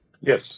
Yes